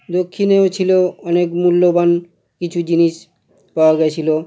দক্ষিণেও ছিল অনেক মূল্যবান কিছু জিনিস পাওয়া গিয়েছিল